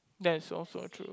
that's also true